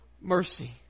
mercy